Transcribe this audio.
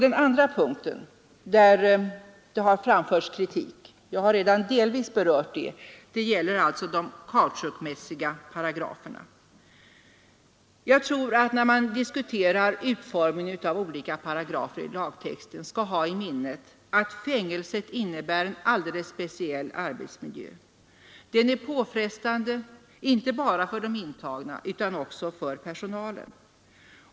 Den andra punkten i de kautschukmässiga paragraferna, där det har framförts kritik, har jag delvis redan berört. När man diskuterar utformningen av olika paragrafer i lagtexten, bör man ha i minnet att fängelset innebär en speciell arbetsmiljö. Den är påfrestande inte bara för de intagna utan också för personalen.